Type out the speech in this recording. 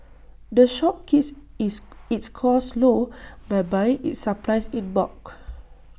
the shop keeps its its costs low by buying its supplies in bulk